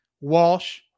Walsh